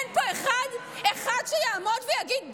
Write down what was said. אין פה אחד, אחד שיעמוד ויגיד די?